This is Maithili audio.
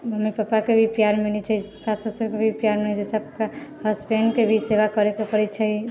मम्मी पापाके भी प्यार मिलै छै सास ससुरके भी प्यार मिलै छै सबकेँ हसबैण्डके भी सेवा करेके पड़ै छै